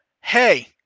hey